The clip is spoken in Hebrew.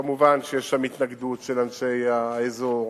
כמובן, יש שם התנגדות של אנשי האזור.